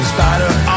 Spider